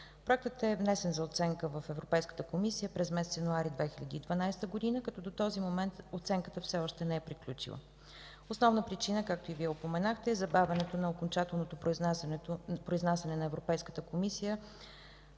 Проектът е внесен за оценка в Европейската комисия през месец януари 2012 г., като до този момент оценката все още не е приключила. Основна причина, както и Вие упоменахте, е забавянето на окончателното произнасяне на Европейската комисия